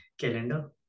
calendar